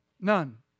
None